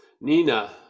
Nina